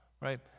Right